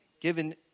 given